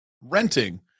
renting